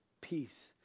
peace